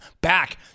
Back